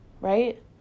right